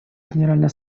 генеральной